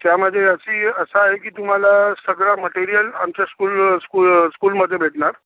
त्यामध्ये असं असं आहे की तुम्हाला सगळं मटेरियल आमच्या स्कूल स्कूल स्कूलमध्ये भेटणार